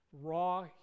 raw